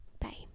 Bye